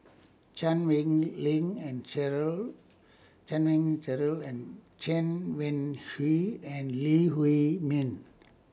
Chan Wei Ling and Cheryl Chan Wei Cheryl and Chen Wen Hsi and Lee Huei Min